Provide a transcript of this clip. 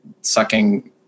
sucking